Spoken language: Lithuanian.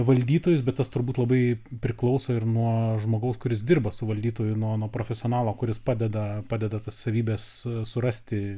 valdytojus bet tas turbūt labai priklauso ir nuo žmogaus kuris dirba su valdytoju nuo nuo profesionalo kuris padeda padeda tas savybes surasti